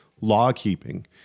law-keeping